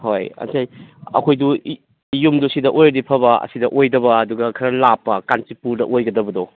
ꯍꯣꯏ ꯑꯩꯈꯣꯏ ꯑꯩꯈꯣꯏꯗꯨ ꯌꯨꯝꯗꯨ ꯁꯤꯗ ꯑꯣꯏꯔꯗꯤ ꯐꯕ ꯑꯁꯤꯗ ꯑꯣꯏꯗꯕ ꯑꯗꯨꯒ ꯈꯔ ꯂꯥꯞꯄ ꯀꯥꯟꯆꯤꯄꯨꯔꯗ ꯑꯣꯏꯒꯗꯕꯗꯨ